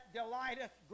delighteth